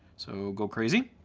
so go crazy.